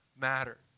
matter